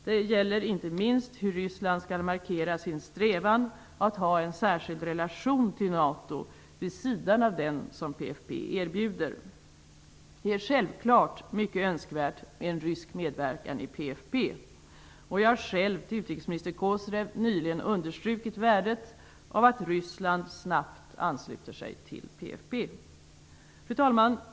Det gäller inte minst hur Ryssland skall markera sina strävan att ha en särskild relation till NATO vid sidan av den som PFF erbjuder. Det är självfallet mycket önskvärt med en rysk medverkan i PFF. Jag har själv för utrikesminister Kozyrev nyligen understrukit värdet av att Ryssland snabbt ansluter sig till PFF. Fru talman!